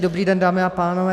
Dobrý den dámy a pánové.